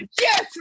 Yes